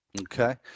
Okay